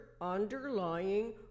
underlying